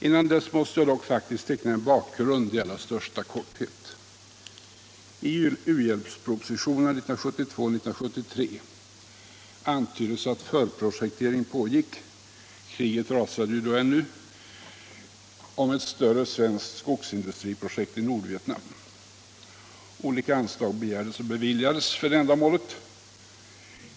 Innan dess måste jag dock faktiskt teckna en bakgrund i allra största korthet. I u-hjälpspropositionerna åren 1972 och 1973 antyddes att förprojektering pågick — kriget rasade ju då ännu — Om ett större svenskt skogsindustriprojekt i Nordvietnam. Olika anslag begärdes och beviljades för detta ändamål.